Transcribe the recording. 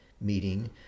meeting